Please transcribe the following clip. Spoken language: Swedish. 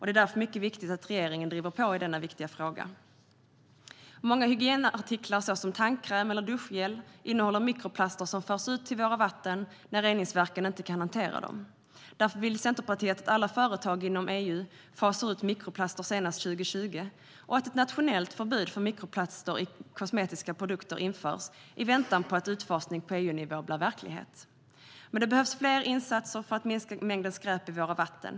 Det är därför mycket viktigt att regeringen driver på i denna viktiga fråga. Många hygienartiklar, såsom tandkräm eller duschgelé, innehåller mikroplaster som förs ut till våra vatten när reningsverken inte kan hantera dem. Därför vill Centerpartiet att alla företag inom EU fasar ut mikroplaster senast 2020 och att ett nationellt förbud för mikroplaster i kosmetiska produkter införs i väntan på att utfasning på EU-nivå blir verklighet. Men det behövs fler insatser för att minska mängden skräp i våra vatten.